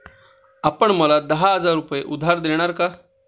आपण मला दहा हजार रुपये उधार देणार का?